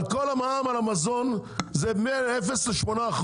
המע"מ על המזון זה מאפס עד 8%,